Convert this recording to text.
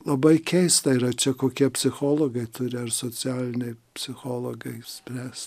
labai keista yra čia kokie psichologai turi ar socialiniai psichologai išspręs